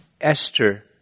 Esther